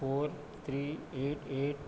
four three eight eight